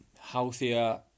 healthier